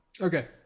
okay